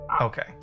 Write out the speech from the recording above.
Okay